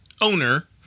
owner